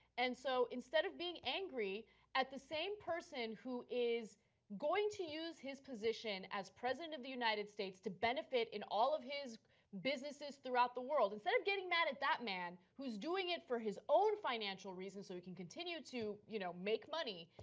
and so instead of being angry at the same person who is going to use his position as president of the united states to benefit in all of his businesses throughout the world, instead of getting mad at that man who is doing it for his own financial reasons so he can continue to you know make money,